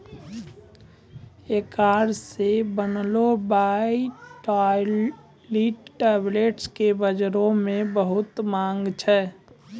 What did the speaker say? एकरा से बनलो वायटाइलिटी टैबलेट्स के बजारो मे बहुते माँग छै